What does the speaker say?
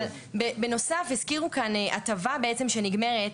אבל בנוסף הזכירו כאן הטבה בעצם שנגמרת.